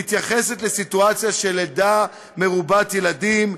מתייחסת לסיטואציה של לידה מרובת ילדים,